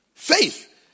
Faith